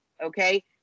okay